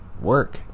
Work